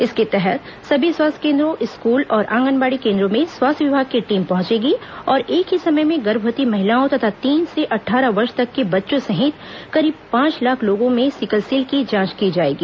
इसके तहत सभी स्वास्थ्य केंद्रों स्कूल और आंगनबाड़ी केंद्रों में स्वास्थ्य विभाग की टीम पहंचेगी और एक ही समय में गर्भवती महिलाओं तथा तीन से अट्टारह वर्ष तक के बच्चों सहित करीब पांच लाख लोगों में सिकलसेल की जांच की जाएगी